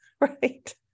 right